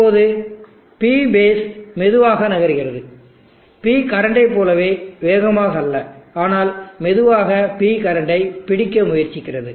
இப்போது P phase மெதுவாக நகர்கிறது P கரண்டை போல வேகமாக அல்ல ஆனால் மெதுவாக P கரண்டை பிடிக்க முயற்சிக்கிறது